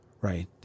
right